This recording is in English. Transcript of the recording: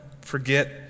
forget